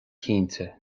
cinnte